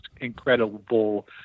incredible